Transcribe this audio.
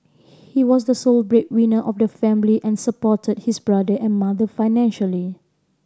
he was the sole breadwinner of the family and supported his brother and mother financially